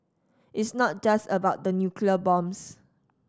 it's not just about the nuclear bombs